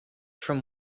from